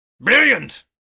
Brilliant